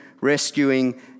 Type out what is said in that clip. rescuing